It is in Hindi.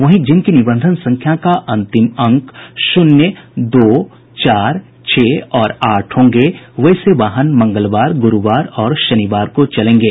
वहीं जिनकी निबंधन संख्या का अंतिम अंक शून्य दो चार छह और आठ होंगे वैसे वाहन वाहन मंगलवार गुरुवार और शनिवार को चलेंगे